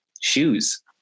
shoes